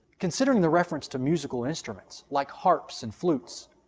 considering the reference to musical instruments like harps and flutes,